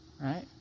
right